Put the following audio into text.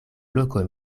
loko